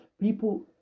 People